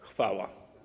Chwała.